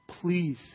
please